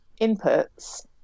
inputs